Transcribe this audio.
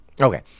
Okay